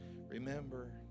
Remember